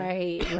Right